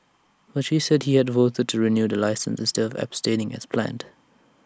but she said he had voted to renew the licence instead of abstaining as planned